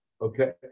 Okay